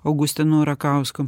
augustinu rakausku